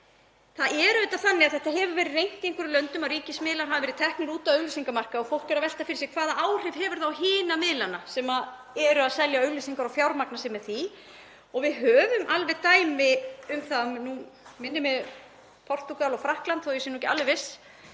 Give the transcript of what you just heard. Það er auðvitað þannig að þetta hefur verið reynt í einhverjum löndum, að ríkismiðlar hafa verið teknir út af auglýsingamarkaði, og fólk er að velta fyrir sér hvaða áhrif það hefur á hina miðlana sem eru að selja auglýsingar og fjármagna sig með því. Við höfum alveg dæmi um það, að mig minnir Portúgal og Frakkland þó að ég sé ekki alveg viss,